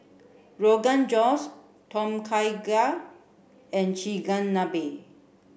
Rogan Josh Tom Kha Gai and Chigenabe